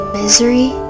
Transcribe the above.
misery